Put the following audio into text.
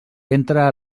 entra